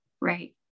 right